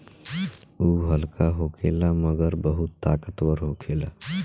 उ हल्का होखेला मगर बहुत ताकतवर होखेला